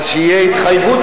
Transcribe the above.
אבל שתהיה התחייבות,